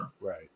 Right